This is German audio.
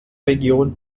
region